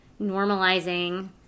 normalizing